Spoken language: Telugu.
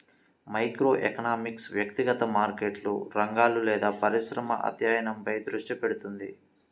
మైక్రోఎకనామిక్స్ వ్యక్తిగత మార్కెట్లు, రంగాలు లేదా పరిశ్రమల అధ్యయనంపై దృష్టి పెడుతుంది